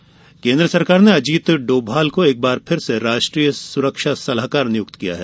डोभाल केन्द्र सरकार ने अजीत डोभाल को एक बार फिर से राष्ट्रीय सुरक्षा सलाहकार नियुक्त किया है